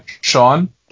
Sean